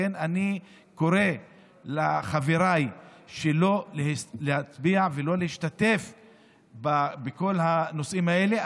לכן אני קורא לחבריי לא להצביע ולא להשתתף בכל הנושאים האלה,